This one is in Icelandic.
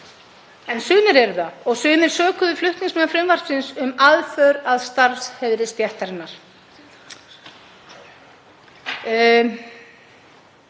en sumir eru það og sumir sökuðu flutningsmenn frumvarpsins um aðför að starfsheiðri stéttarinnar.